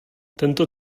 tento